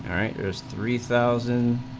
writers three thousand